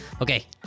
Okay